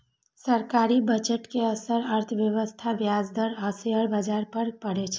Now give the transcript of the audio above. सरकारी बजट के असर अर्थव्यवस्था, ब्याज दर आ शेयर बाजार पर पड़ै छै